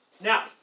Now